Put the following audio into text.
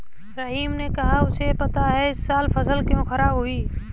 रहीम ने कहा कि उसे पता है इस साल फसल क्यों खराब हुई